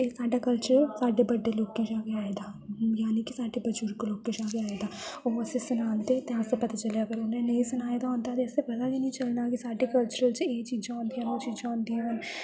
साढ़ा कल्चर साढ़े बड्डे लोके शा गे आए दा यानी साढ़े बुजुर्ग दे लोके शा गे आए दा ओह् असेंई सनांदे ते असेंई पता चलेआ अगर उनैं नेईं सनाए दा होंदा ते असेंई पता गे नेईं चलना हा की साढ़े कल्चर च एह् चीजां होंदियां न एह् चीजां होंदियां न